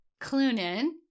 Clunan